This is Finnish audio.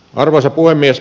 arvoisa puhemies